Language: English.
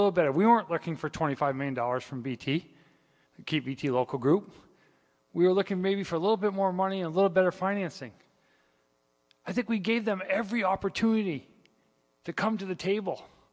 little better we weren't looking for twenty five million dollars from bt keep a local group we're looking maybe for a little bit more money a little better financing i think we gave them every opportunity to come to the table